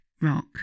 rock